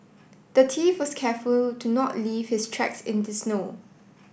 the thief was careful to not leave his tracks in the snow